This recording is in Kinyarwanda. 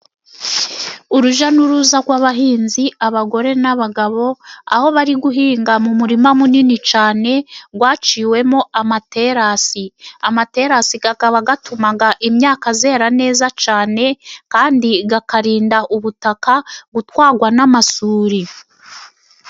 Urujya n'uruza rw'abahinzi abagore n'abagabo, aho bari guhinga mu murima munini cyane waciwemo amaterasi. Amaterasi akaba atuma imyaka yera neza cyane, kandi akarinda ubutaka gutwarwa n'amasuri.